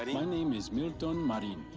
and my name is milton marin.